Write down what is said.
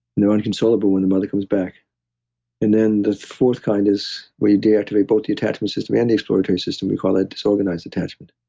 they're inconsolable when the mother comes back and then the fourth kind is where you dare to be both the attachment system and the exploratory system we call it disorganized attachment.